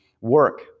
work